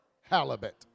Halibut